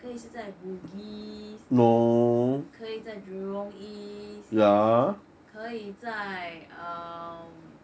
可以是在 bugis 可以在 jurong east 可以在 um